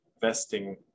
vesting